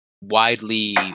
widely